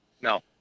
No